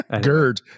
GERD